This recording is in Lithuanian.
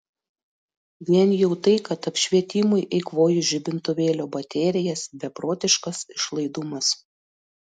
vien jau tai kad apšvietimui eikvoju žibintuvėlio baterijas beprotiškas išlaidumas